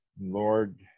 Lord